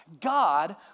God